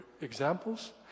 examples